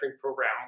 program